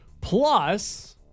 Plus